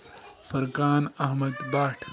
Furqan Ahmad Bhat